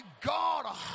God